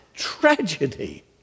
tragedy